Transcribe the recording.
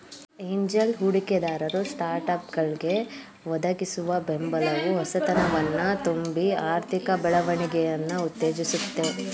angel ಹೂಡಿಕೆದಾರರು ಸ್ಟಾರ್ಟ್ಅಪ್ಗಳ್ಗೆ ಒದಗಿಸುವ ಬೆಂಬಲವು ಹೊಸತನವನ್ನ ತುಂಬಿ ಆರ್ಥಿಕ ಬೆಳವಣಿಗೆಯನ್ನ ಉತ್ತೇಜಿಸುತ್ತೆ